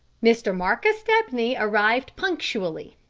mr. marcus stepney arrived punctually,